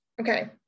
okay